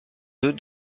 deux